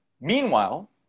Meanwhile